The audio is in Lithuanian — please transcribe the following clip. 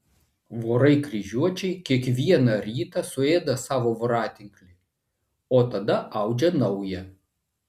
vorai kryžiuočiai kiekvieną rytą suėda savo voratinklį o tada audžia naują